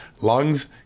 lungs